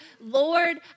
Lord